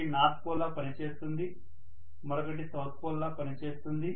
ఒకటి north pole లా పనిచేస్తుంది మరొకటి సౌత్ పోల్ లా పనిచేస్తుంది